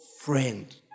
friend